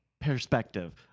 perspective